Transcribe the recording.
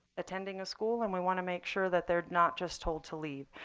attending a school and we want to make sure that they're not just told to leave.